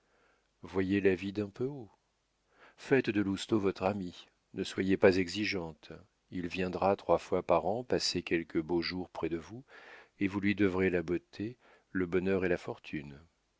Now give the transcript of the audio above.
voyez la vie d'un peu haut faites de lousteau votre ami ne soyez pas exigeante il viendra trois fois par an passer quelques beaux jours près de vous et vous lui devrez la beauté le bonheur et la fortune